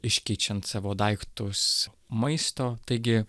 iškeičiant savo daiktus maisto taigi